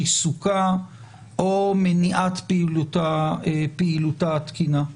ריסוקה או מניעת פעילותה התקינה.